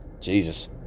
Jesus